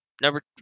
Number